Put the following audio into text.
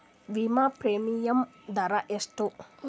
ವಿಮಾ ಪ್ರೀಮಿಯಮ್ ದರಾ ಎಷ್ಟು?